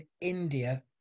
India